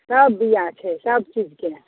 सब बिआ छै सबचीजके